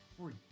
free